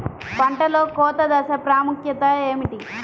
పంటలో కోత దశ ప్రాముఖ్యత ఏమిటి?